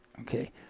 okay